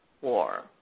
war